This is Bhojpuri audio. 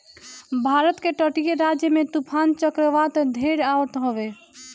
भारत के तटीय राज्य में तूफ़ान चक्रवात ढेर आवत हवे